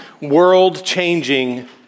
world-changing